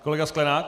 Kolega Sklenák.